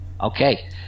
Okay